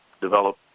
develop